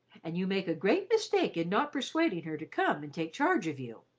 and you make a great mistake in not persuading her to come and take charge of you.